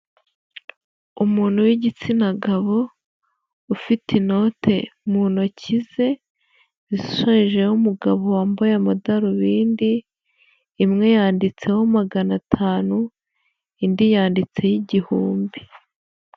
Umuntu w'igitsina gabo ufite inote mu ntoki ze zishushanyijeho umugabo wambaye amadarubindi, imwe yanditseho magana atanu indi yanditseho igihumbi.